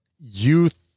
youth